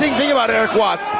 thing thing about eric watts.